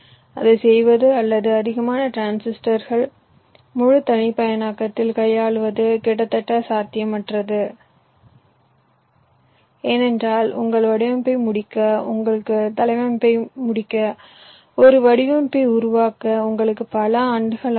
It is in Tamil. அதைச் செய்வது அல்லது முழு தனிப்பயனாக்கத்தில் கையாளுவது கிட்டத்தட்ட சாத்தியமற்றது ஏனென்றால் உங்கள் வடிவமைப்பை முடிக்க உங்கள் தளவமைப்பை முடிக்க ஒரு வடிவமைப்பை உருவாக்க உங்களுக்கு பல ஆண்டுகள் ஆகும்